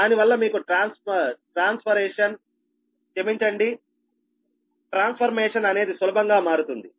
దానివల్ల మీకు ట్రాన్స్ఫర్మేషన్ అనేది సులభంగా మారుతుంది